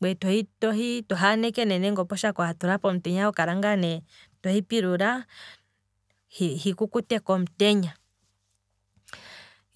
Ngweye to- tohi aneke nande oposhako watula pomutenya, ngweye tokala ngaa ne tohi pilula, hi kukute komutenya.